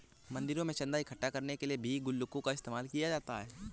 मंदिरों में चन्दा इकट्ठा करने के लिए भी गुल्लकों का इस्तेमाल किया जाता है